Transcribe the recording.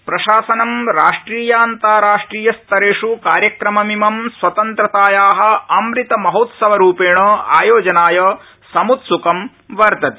प्रशासनम् राष्ट्रियान्ताराष्टियस्तरेष् कार्यक्रममिमं स्वतन्त्रताया अमृतमहोत्सव रूपेण आयोजनाय समुत्सुकं वर्तते